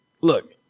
look